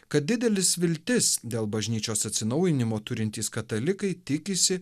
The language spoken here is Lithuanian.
kad didelis viltis dėl bažnyčios atsinaujinimo turintys katalikai tikisi